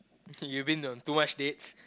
you been on too much dates